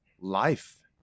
life